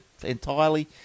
entirely